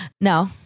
No